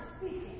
speaking